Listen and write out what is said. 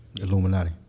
Illuminati